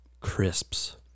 Crisps